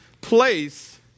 place